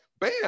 bam